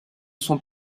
sont